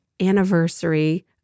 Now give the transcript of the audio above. anniversary